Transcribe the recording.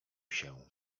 się